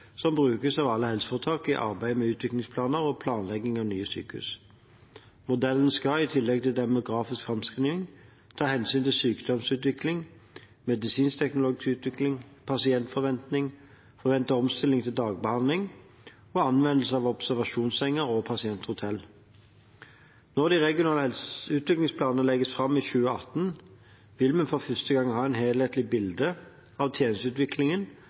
som brukes av alle helseforetak i arbeidet med utviklingsplaner og planlegging av nye sykehus. Modellen skal, i tillegg til demografiske framskrivinger, ta hensyn til sykdomsutvikling, medisinsk-teknologisk utvikling, pasientforventninger, forventet omstilling til dagbehandling og anvendelse av observasjonssenger og pasienthotell. Når de regionale utviklingsplanene legges fram i 2018, vil vi for første gang ha et helhetlig bilde av tjenesteutviklingen